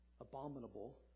abominable